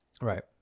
Right